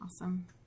awesome